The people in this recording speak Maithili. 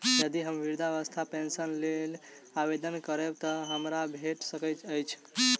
यदि हम वृद्धावस्था पेंशनक लेल आवेदन करबै तऽ हमरा भेट सकैत अछि?